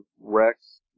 Rex